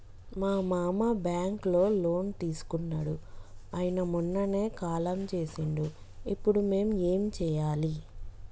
మా మామ బ్యాంక్ లో లోన్ తీసుకున్నడు అయిన మొన్ననే కాలం చేసిండు ఇప్పుడు మేం ఏం చేయాలి?